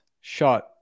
shot